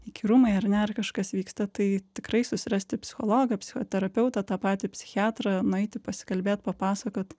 įkyrumai ar ne ar kažkas vyksta tai tikrai susirasti psichologą psichoterapeutą tą patį psichiatrą nueiti pasikalbėt papasakot